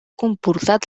comportat